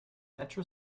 metra